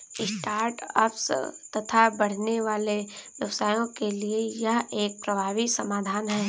start ups तथा बढ़ने वाले व्यवसायों के लिए यह एक प्रभावी समाधान है